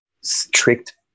strict